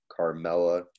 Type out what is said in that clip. Carmella